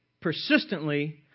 persistently